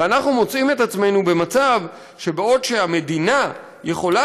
ואנחנו מוצאים את עצמנו במצב שבעוד המדינה יכולה